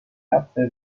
hace